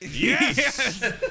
Yes